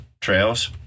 trails